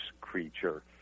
creature